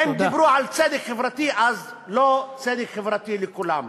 הם דיברו על צדק חברתי, אז לא צדק חברתי לכולם.